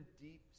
deep